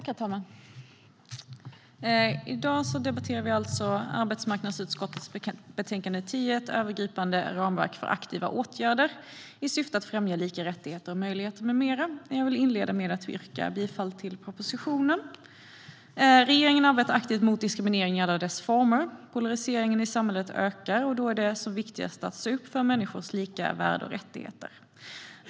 Herr talman! I dag debatterar vi arbetsmarknadsutskottets betänkande 10, Ett övergripande ramverk för aktiva åtgärder i syfte att främja lika rättigheter och möjligheter m.m. . Jag vill inleda med att yrka bifall till propositionen. Regeringen arbetar aktivt mot diskriminering i alla dess former. Polariseringen i samhället ökar, och då är det som viktigast att stå upp för människors lika värde och rättigheter.